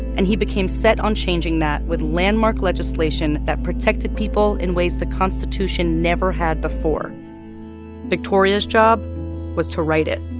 and he became set on changing that with landmark legislation that protected people in ways the constitution never had before victoria's job was to write it.